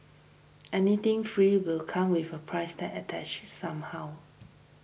anything free will come with a price tag attached somehow